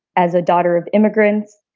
as a daughter of immigrants,